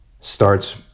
starts